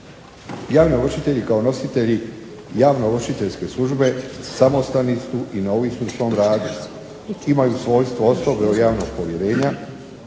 Javni ovršitelji kao nositelji javno ovršiteljske službe samostalni su i novi su u svom radu imaju svojstvo osobe od javnog povjerenja,